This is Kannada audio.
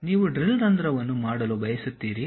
ನೀವು ಡ್ರಿಲ್ ರಂಧ್ರವನ್ನು drill hole ಮಾಡಲು ಬಯಸುತ್ತೀರಿ